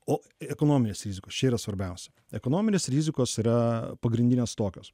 o ekonominės rizikos čia yra svarbiausia ekonominės rizikos yra pagrindinės tokios